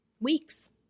Weeks